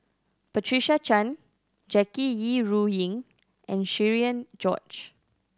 Patricia Chan Jackie Yi Ru Ying and Cherian George